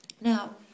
Now